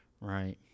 right